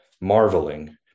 marveling